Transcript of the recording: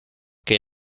que